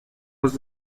was